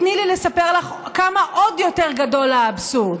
תני לי לספר לך כמה עוד יותר גדול האבסורד.